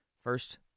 first